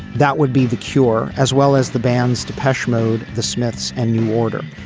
that would be the cure as well as the band's depeche mode the smiths and new order.